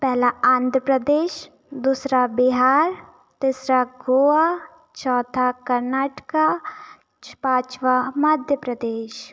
पहला आंध्र प्रदेश दूसरा बिहार तीसरा गोआ चौथा कर्नाटक छः पाँचवाँ मध्य प्रदेश